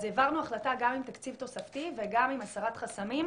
העברנו החלטה גם עם תקציב תוספתי וגם עם הסרת חסמים,